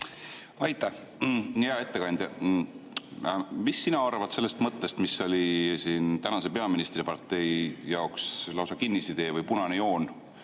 Aitäh, hea ettekandja! Mida sina arvad sellest mõttest, mis oli tänase peaministripartei jaoks lausa kinnisidee või punane joon?